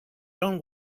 dont